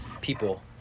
people